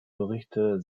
berichte